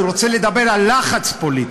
אני רוצה לדבר על לחץ פוליטי,